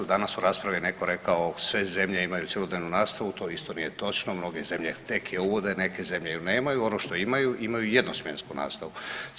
Danas je u raspravi neko rekao sve zemlje cjelodnevnu nastavu, to isto nije točno, mnoge zemlje tek je uvode, neke zemlje ju nemaju, ono što imaju, imaju jednosmjensku nastavu.